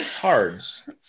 Cards